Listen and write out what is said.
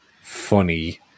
funny